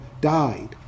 died